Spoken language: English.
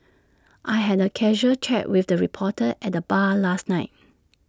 I had A casual chat with the reporter at the bar last night